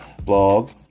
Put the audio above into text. blog